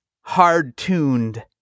hard-tuned